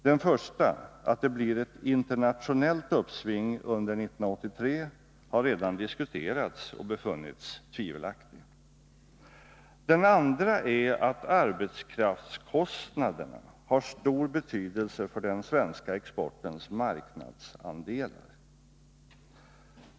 Den första — att det blir ett internationellt uppsving under 1983 — har redan diskuterats och befunnits tvivelaktig. Den andra är att arbetskraftskostnaderna har stor betydelse för den svenska exportens marknadsandelar.